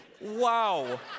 Wow